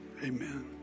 Amen